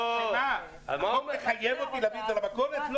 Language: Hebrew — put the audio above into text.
תמר, החוק מחייב אותי להביא את זה למכולת?